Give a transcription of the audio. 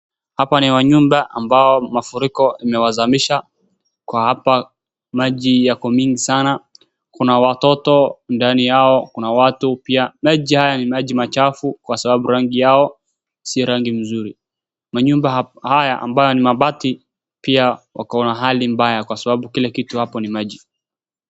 Hapa ni manyumba ambapo mafuriko imewazamisha, kwa hapa maji yako mingi sana, kuna watoto, ndani yao kuna watu pia, maji haya ni maji machafu kwa sababu rangi yao si rangi mzuri, manyumba haya amabayo ni mabati pia wako na hali mbaya kwa sababu kila kitu hapo ni maji.